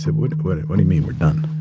what? what and what do you mean we're done?